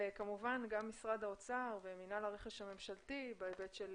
כמובן גם משרד האוצר ומינהל הרכש הממשלתי בהיבט של